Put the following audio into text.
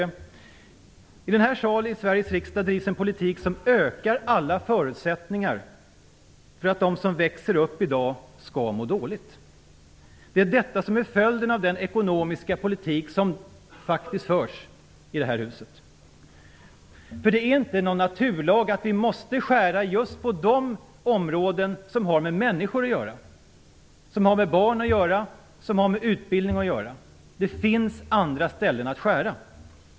Från denna sal i Sveriges riksdag bedrivs en politik som ökar alla förutsättningar för att de som växer upp i dag skall må dåligt. Detta blir följden av den ekonomiska politik som faktiskt förs. Det är inte någon naturlag att man måste skära på just de områden som har med människor, barn och utbildning att göra. Det finns andra områden att skära på.